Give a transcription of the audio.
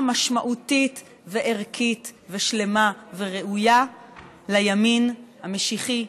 משמעותית וערכית ושלמה וראויה לימין המשיחי,